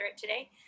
today